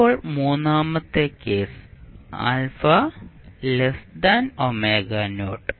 ഇപ്പോൾ മൂന്നാമത്തെ കേസ് ɑ